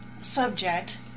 subject